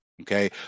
okay